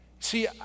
See